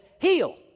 heal